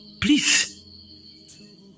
please